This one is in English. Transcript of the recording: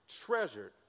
treasured